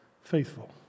faithful